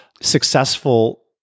successful